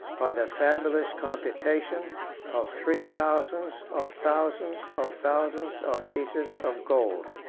by the fabulous computation of three thousands of thousands of thousands of pieces of gold.